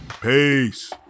Peace